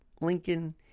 Lincoln